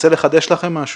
רוצה לחדש לכם משהו,